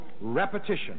repetition